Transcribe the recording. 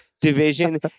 division